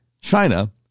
China